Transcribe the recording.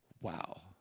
Wow